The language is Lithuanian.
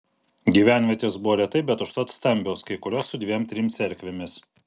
gyvenvietės buvo retai bet užtat stambios kai kurios su dviem trim cerkvėmis